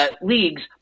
Leagues